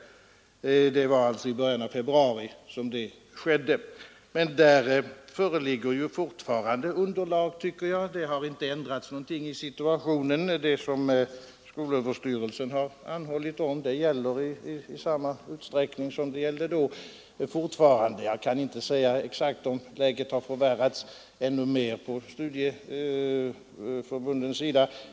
Detta skedde i början av februari. Men det föreligger fortfarande underlag för ökning, tycker jag. Situationen har inte ändrats. Det som skolöverstyrelsen har anhållit om gäller fortfarande i samma utsträckning som förut. Jag kan inte säga om läget har förvärrats ännu mer på studieförbundens sida.